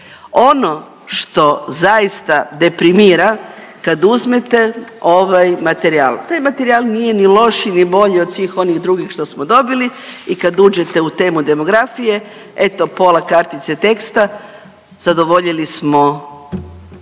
Ono što zaista deprimira kad uzmete ovaj materijal, taj materijal nije lošiji ni bolji od svih onih drugih što smo dobili i kad uđete u temu demografije eto pola kartice teksta zadovoljili smo